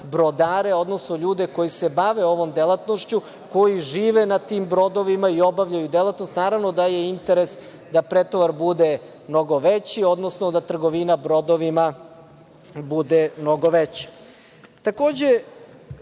brodare, odnosno ljude koji se bave ovom delatnošću, koji žive na tim brodovima i obavljaju delatnost. Naravno da je interes da pretovar bude mnogo veći, odnosno da trgovina brodovima bude mnogo